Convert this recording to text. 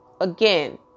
again